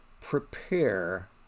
prepare